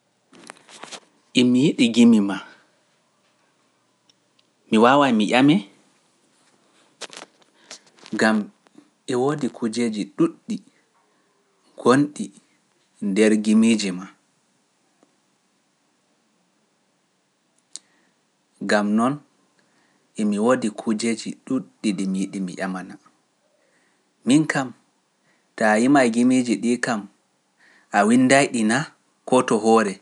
Imi yiɗi gimi maa, mi waawaay mi yamee, gam e woodi kujeeji ɗuuɗɗi ɗi mi yiɗi mi ƴamana. Min kam, taa yima e gimiiji ɗii kam, a winnday ɗi naa koto hoore.